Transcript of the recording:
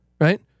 Right